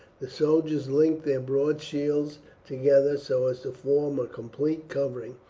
the soldiers link their broad shields together, so as to form a complete covering,